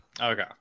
Okay